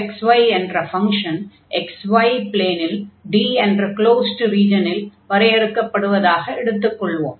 fx yஎன்ற function x y ப்லேனில் D என்ற க்ளோஸ்டு ரீஜனில் வரையறுக்கப்படுவதாக எடுத்துக் கொள்வோம்